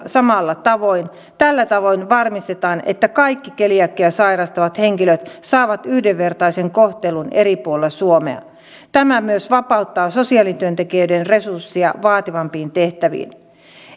samalla tavoin tällä tavoin varmistetaan että kaikki keliakiaa sairastavat henkilöt saavat yhdenvertaisen kohtelun eri puolilla suomea tämä myös vapauttaa sosiaalityöntekijöiden resursseja vaativampiin tehtäviin